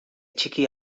txiki